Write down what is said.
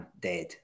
dead